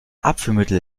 abführmittel